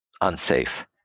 unsafe